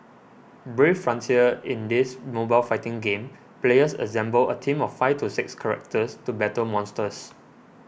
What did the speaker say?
Brave Frontier In this mobile fighting game players assemble a team of five to six characters to battle monsters